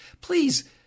Please